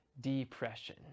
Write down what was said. depression